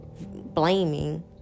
blaming